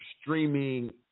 streaming